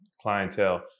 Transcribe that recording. clientele